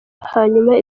hanyuma